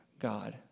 God